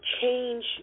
change